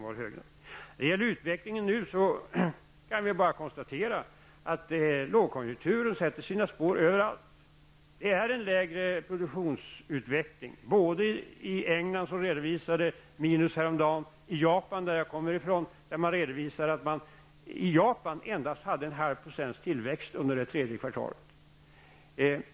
När det gäller utvecklingen i dag kan vi bara konstatera att lågkonjunkturen sätter sina spår överallt. Produktionsutvecklingen är lägre både i England, som redovisade minus häromdagen, och i Japan, som jag nyss besökte. I Japan redovisade man endast en halv procents tillväxt under det tredje kvartalet.